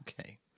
Okay